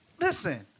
Listen